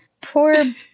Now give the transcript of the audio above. poor